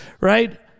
right